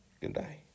Goodbye